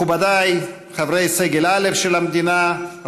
מכובדיי חברי סגל א' של המדינה,